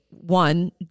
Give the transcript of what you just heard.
one